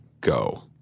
go